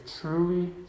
truly